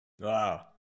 wow